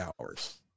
hours